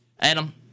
Adam